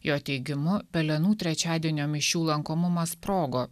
jo teigimu pelenų trečiadienio mišių lankomumas sprogo